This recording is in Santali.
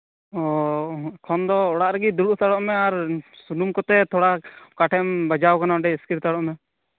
ᱚ ᱮᱠᱷᱚᱱ ᱫᱚ ᱚᱲᱟᱜ ᱨᱮᱜᱮ ᱫᱩᱲᱩᱵᱽ ᱦᱟᱛᱟᱲᱚᱜ ᱢᱮ ᱟᱨ ᱥᱩᱱᱩᱢ ᱠᱚᱛᱮ ᱛᱷᱚᱲᱟ ᱚᱠᱟᱨᱮᱢ ᱵᱟᱡᱟᱣ ᱠᱟᱱᱟ ᱤᱥᱠᱤᱨ ᱦᱟᱛᱟᱲᱚᱜ ᱢᱮ